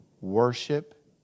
Worship